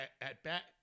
at-bat